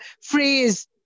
phrase